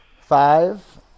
Five